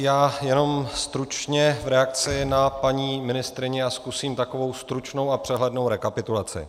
Já jenom stručně reakci na paní ministryni a zkusím takovou stručnou a přehlednou rekapitulaci.